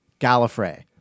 Gallifrey